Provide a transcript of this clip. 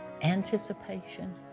anticipation